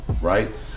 Right